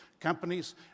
companies